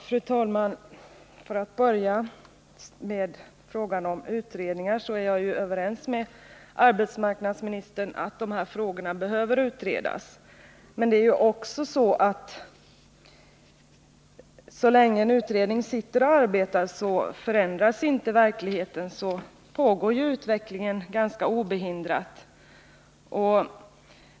Fru talman! För att börja med frågan om utredningar är jag överens med arbetsmarknadsministern om att dessa frågor behöver utredas. Men så länge en utredning arbetar fortsätter utvecklingen ganska obehindrat.